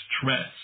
stress